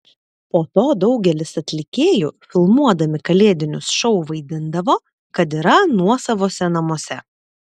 po to daugelis atlikėjų filmuodami kalėdinius šou vaidindavo kad yra nuosavose namuose